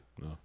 No